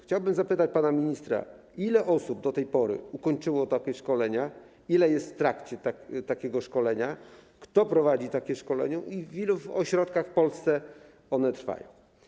Chciałbym zapytać pana ministra: Ile osób do tej pory ukończyło takie szkolenia, ile jest w trakcie szkolenia, kto prowadzi takie szkolenia i w ilu ośrodkach w Polsce one trwają?